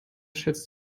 schätzt